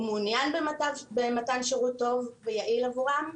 הוא מעוניין במתן שירות טוב ויעיל עבורם,